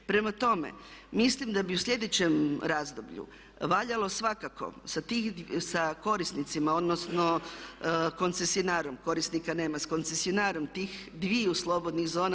Prema tome, mislim da bi u sljedećem razdoblju valjalo svakako sa korisnicima, odnosno koncesionarom, korisnika nema, s koncesionarom tih dviju slobodnih zona.